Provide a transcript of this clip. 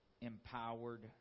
empowered